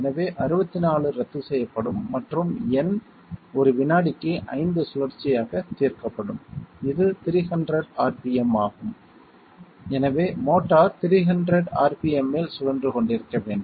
எனவே 64 ரத்து செய்யப்படும் மற்றும் N ஒரு வினாடிக்கு 5 சுழற்சியாக தீர்க்கப்படும் இது 300 rpm ஆகும் எனவே மோட்டார் 300 rpm இல் சுழன்று கொண்டிருக்க வேண்டும்